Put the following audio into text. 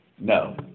No